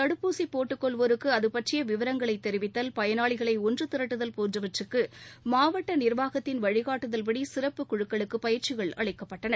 தடுப்பூசி போட்டுக் கொள்வோருக்கு அது பற்றிய விவரங்களை தெரிவித்தல் பயனாளிகளை ஒன்று திரட்டுதல் போன்றவற்றக்கு மாவட்ட நிர்வாகத்தின் வழிகட்டுதவ்படி சிறப்புக் குழுக்களுக்கு பயிற்சிகள் அளிக்கப்பட்டன